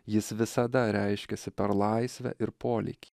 jis visada reiškiasi per laisvę ir polėkį